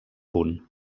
punt